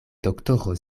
doktoro